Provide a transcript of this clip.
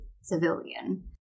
civilian